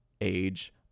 Age